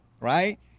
right